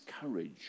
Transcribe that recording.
courage